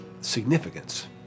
significance